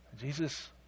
Jesus